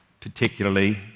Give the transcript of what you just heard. particularly